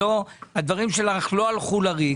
הדברים שלך לא הלכו לריק.